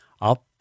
up